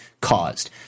caused